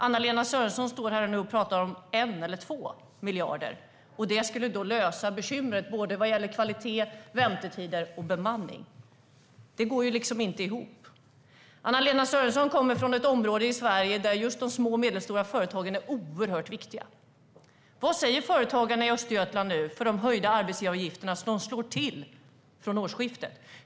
Anna-Lena Sörenson pratar nu om 1 eller 2 miljarder, som då skulle lösa bekymren vad gäller både kvalitet, väntetider och bemanning. Det går liksom inte ihop. Anna-Lena Sörenson kommer från ett område i Sverige där just de små och medelstora företagen är oerhört viktiga. Vad säger företagarna i Östergötland när de höjda arbetsgivaravgifterna slår till från årsskiftet?